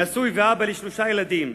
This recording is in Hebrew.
נשוי ואבא לשלושה ילדים,